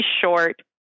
short